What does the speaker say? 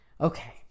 okay